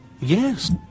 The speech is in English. Yes